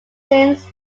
since